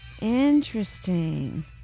Interesting